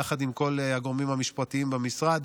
יחד עם כל הגורמים המשפטיים במשרד,